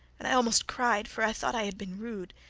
and i almost cried, for i thought i had been rude.